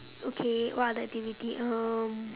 okay what other activity um